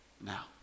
now